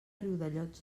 riudellots